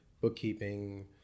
bookkeeping